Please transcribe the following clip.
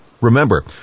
Remember